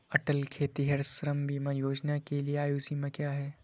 अटल खेतिहर श्रम बीमा योजना के लिए आयु सीमा क्या है?